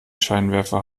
scheinwerfer